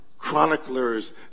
chroniclers